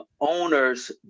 owner's